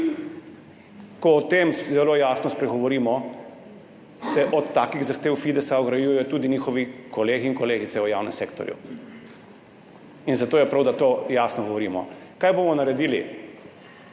Ko o tem zelo jasno spregovorimo, se od takih zahtev Fidesa ograjujejo tudi njihovi kolegi in kolegice v javnem sektorju. In zato je prav, da to jasno govorimo. Kaj bomo naredili?